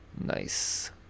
Nice